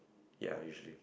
ya usually